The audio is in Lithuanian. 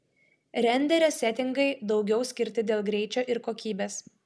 renderio setingai daugiau skirti dėl greičio ir kokybės